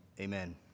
amen